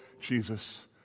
Jesus